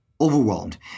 overwhelmed